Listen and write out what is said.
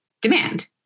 demand